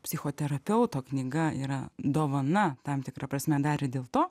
psichoterapeuto knyga yra dovana tam tikra prasme dar ir dėl to